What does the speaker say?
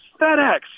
FedEx